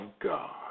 God